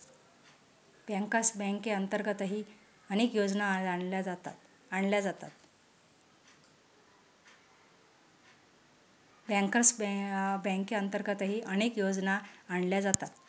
bankers बँकेअंतर्गतही अनेक योजना आणल्या जातात